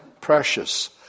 precious